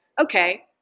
okay